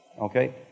Okay